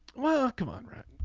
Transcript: well ah come on right.